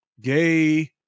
Gay